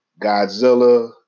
Godzilla